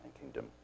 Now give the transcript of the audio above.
kingdom